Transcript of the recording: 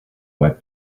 web